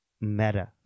meta